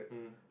mm